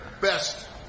best